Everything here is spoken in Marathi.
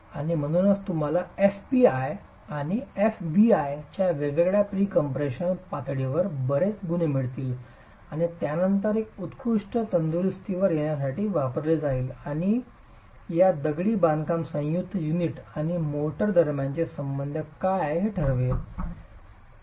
आणि म्हणूनच तुम्हाला एफपीआय आणि एफव्हीआय च्या वेगवेगळ्या प्रीकम्प्रेशन पातळीवर बरेच गुण मिळतील आणि त्यानंतर एक उत्कृष्ट तंदुरुस्तीवर येण्यासाठी वापरली जाईल जी या दगडी बांधकाम संयुक्त युनिट आणि मोर्टार दरम्यानचे बंधन काय आहे हे ठरवेल